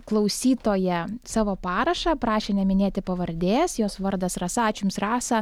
klausytoja savo parašą prašė neminėti pavardės jos vardas rasa ačiū jums rasa